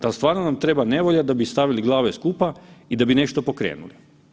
Dal stvarno nam treba nevolja da bi stavili glave skupa i da bi nešto pokrenuli?